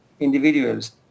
individuals